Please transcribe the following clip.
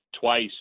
twice